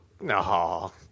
no